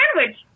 sandwich